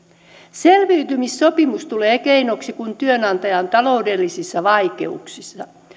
selviytymissopimus tulee keinoksi kun työnantaja on taloudellisissa vaikeuksissa